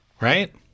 Right